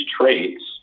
traits